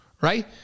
right